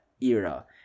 era